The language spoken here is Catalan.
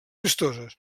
vistoses